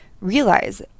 realize